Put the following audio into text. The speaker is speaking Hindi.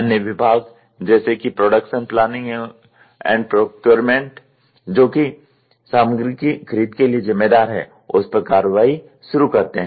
अन्य विभाग जैसे कि प्रोडक्शन प्लानिंग एंड प्रोक्योरमेंट जो कि सामग्री की खरीद के लिए जिम्मेदार है उस पर कार्रवाई शुरू करते हैं